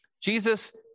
Jesus